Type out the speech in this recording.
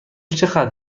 چقدر